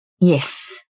Yes